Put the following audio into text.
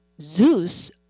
Zeus